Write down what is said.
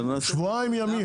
שבועיים ימים.